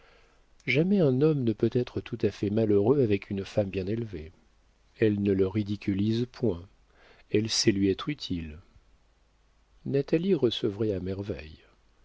jamais un homme ne peut être tout à fait malheureux avec une femme bien élevée elle ne le ridiculise point elle sait lui être utile natalie recevrait à merveille